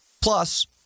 Plus